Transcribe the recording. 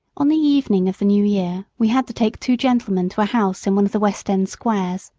on the evening of the new year we had to take two gentlemen to a house in one of the west end squares.